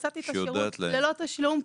הצעתי את השירות ללא תשלום,